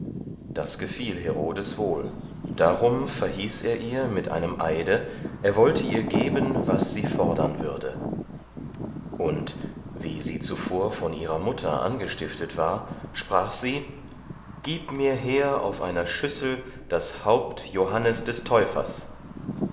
das gefiel herodes wohl darum verhieß er ihr mit einem eide er wollte ihr geben was sie fordern würde und wie sie zuvor von ihrer mutter angestiftet war sprach sie gib mir her auf einer schüssel das haupt johannes des täufers